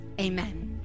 Amen